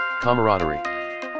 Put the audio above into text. camaraderie